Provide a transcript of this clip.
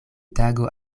tago